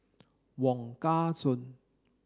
Wong Kah Chun